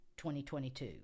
2022